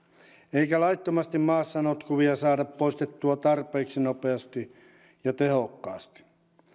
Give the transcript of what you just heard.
eikä laittomasti maassa notkuvia saada poistettua tarpeeksi nopeasti ja tehokkaasti